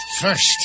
First